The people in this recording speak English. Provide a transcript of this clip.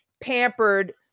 pampered